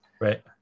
Right